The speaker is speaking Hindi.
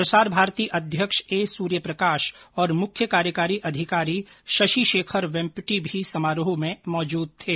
प्रसार भारती अध्यक्ष ए सूर्यप्रकाश और मुख्य कार्यकारी अधिकारी शशि शेखर वेम्पटि भी समारोह में मौजूद थे